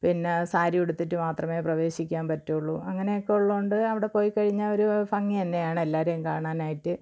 പിന്നെ സാരി ഉടുത്തിട്ട് മാത്രമേ പ്രവേശിക്കാൻ പറ്റുള്ളൂ അങ്ങനെയൊക്കെ ഉള്ളോണ്ട് അവിടെ പോയി കഴിഞ്ഞാൽ ഒരു ഭംഗി തന്നെയാണ് എല്ലാവരെയും കാണാനായിട്ട്